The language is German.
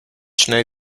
schnell